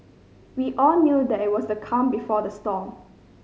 we all knew that it was the calm before the storm